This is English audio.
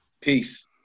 Peace